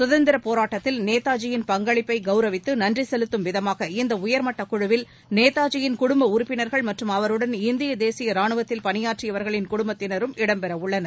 சுதந்திர போராட்டத்தில் நேதாஜியின் பங்களிப்பை கவரவித்து நன்றி செலுத்தும் விதமாக இந்த உயா்மட்ட குழுவில் நேதாஜியின் குடும்ப உறுப்பினா்கள் மற்றும் அவருடன் இந்திய தேசிய ராணுவத்தில் பணியாற்றியவர்களின் குடும்பத்தினரும் இடம்பெற உள்ளனர்